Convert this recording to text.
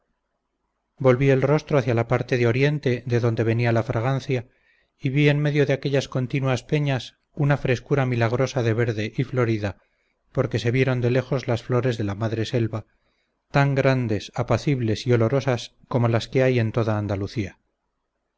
volví el rostro hacia la parte de oriente de donde venía la fragancia y vi en medio de aquellas continuas peñas una frescura milagrosa de verde y florida porque se vieron de lejos las flores de la madre selva tan grandes apacibles y olorosas como las que hay en toda andalucía